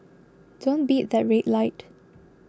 don't beat that red light